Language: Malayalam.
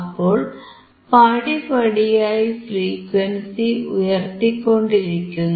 അപ്പോൾ പടിപടിയായി ഫ്രീക്വൻസി ഉയർത്തിക്കൊണ്ടിരിക്കുന്നു